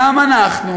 גם אנחנו,